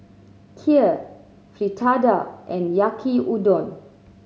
Kheer Fritada and Yaki Udon